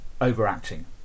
overacting